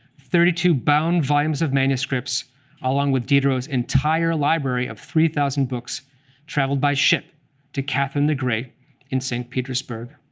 thirty two bound volumes of manuscripts along with diderot's entire library of three thousand books traveled by ship to catherine the great in saint petersburg.